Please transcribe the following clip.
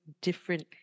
different